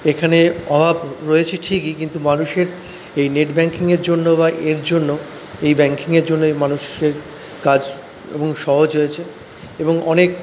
এখানে অভাব রয়েছে ঠিকই কিন্তু মানুষের এই নেট ব্যাঙ্কিংয়ের জন্য বা এর জন্য এই ব্যাঙ্কিংয়ের জন্য এই মানুষের কাজ এবং সহজ হয়েছে এবং অনেক